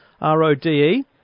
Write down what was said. R-O-D-E